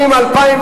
הכנסת אברהם